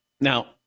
Now –